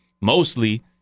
mostly